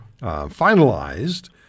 finalized